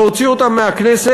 להוציא אותן מהכנסת,